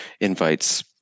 invites